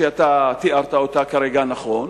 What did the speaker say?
שאתה תיארת אותה כרגע נכון,